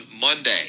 Monday